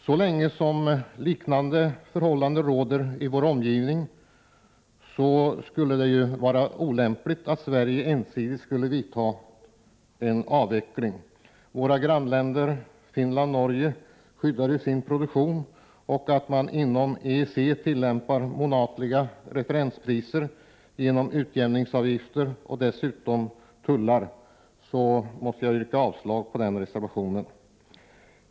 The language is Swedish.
Så länge som liknande förhållanden råder i vår omgivning, skulle det emellertid vara olämpligt att Sverige ensidigt skulle vidta en avveckling. Våra grannländer, Finland och Norge, skyddar ju sin produktion. Inom EEC tillämpas månatliga referenspriser genom utjämningsavgifter. Dessutom har man tullar. Jag yrkar därför avslag på den reservationen.